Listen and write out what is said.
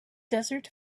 desert